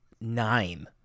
nine